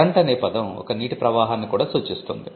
current అనే పదం ఒక నీటి ప్రవాహాన్ని కూడా సూచిస్తుంది